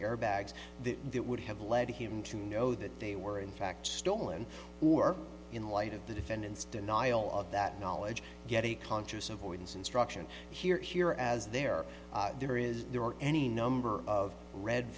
airbags that would have led him to know that they were in fact stolen or in light of the defendant's denial of that knowledge get a conscious avoidance instruction here here as there are there is there are any number of red